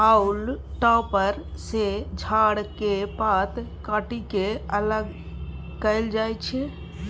हाउल topper सँ झाड़ केर पात काटि के अलग कएल जाई छै